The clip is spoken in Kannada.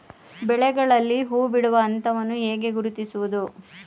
ಬೆಳೆಗಳಲ್ಲಿ ಹೂಬಿಡುವ ಹಂತವನ್ನು ಹೇಗೆ ಗುರುತಿಸುವುದು?